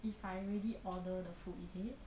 if I already order the food is it